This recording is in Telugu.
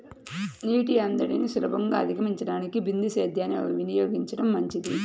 నీటి ఎద్దడిని సులభంగా అధిగమించడానికి బిందు సేద్యాన్ని వినియోగించడం మంచిది